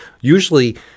usually